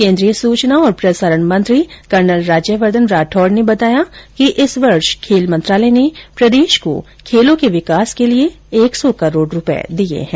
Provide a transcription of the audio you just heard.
केन्द्रीय सुचना और प्रसारण मंत्री कर्नल राज्यवर्द्वन राठौड ने बताया कि इस वर्ष खेल मंत्रालय ने प्रदेश को खेलों के विकास के लिए एक सौ करोड रूपये दिए है